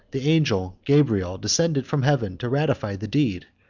the angel gabriel descended from heaven to ratify the deed,